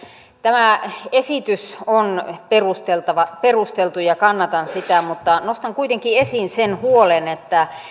tämä esitys on perusteltu ja kannatan sitä mutta nostan kuitenkin esiin sen huolen että